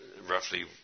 roughly